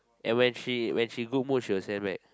and when she when she good mood she will send back